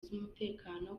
z’umutekano